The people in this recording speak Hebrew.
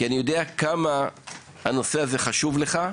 כי אני יודע כמה הנושא הזה חשוב לך.